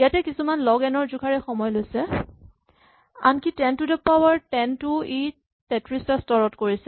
ইয়াতে কিছুমানে log n ৰ জোখাৰে সময় লৈছে আনকি ten to the power ten টোও ই ৩৩ টা স্তৰত কৰিছে